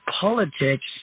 politics